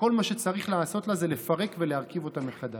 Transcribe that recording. וכל מה שצריך לעשות לה זה לפרק ולהרכיב אותה מחדש.